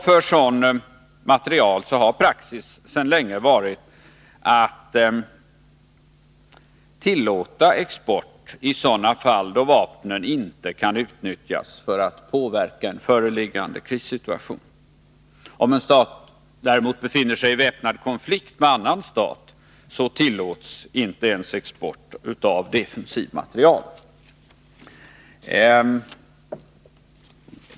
För sådan materiel har praxis sedan länge varit att export skall tillåtas i sådana fall då vapnen inte kan utnyttjas för att påverka en föreliggande krissituation. Om en stat däremot befinner sig i väpnad konflikt med annan stat, tillåts inte ens export av defensiv materiel.